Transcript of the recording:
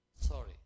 Sorry